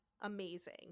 Amazing